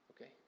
Okay